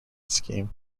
scheme